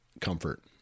comfort